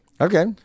Okay